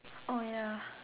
oh ya